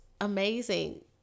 amazing